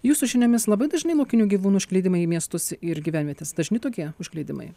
jūsų žiniomis labai dažni laukinių gyvūnų užklydimai į miestus ir gyvenvietes dažni tokie užklydimai